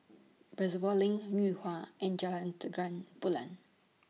Reservoir LINK Yuhua and Jalan Terang Bulan